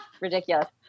ridiculous